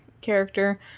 character